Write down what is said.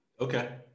Okay